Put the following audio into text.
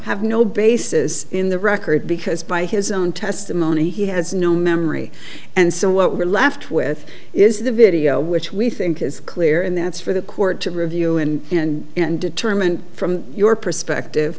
have no basis in the record because by his own testimony he has no memory and so what we're left with is the video which we think is clear and that's for the court to review and and and determine from your perspective